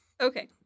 Okay